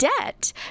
debt